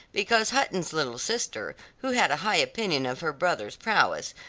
because hutton's little sister, who had a high opinion of her brother's prowess,